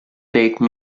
take